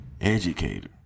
Educator